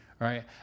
Right